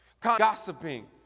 gossiping